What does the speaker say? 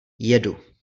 jedu